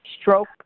stroke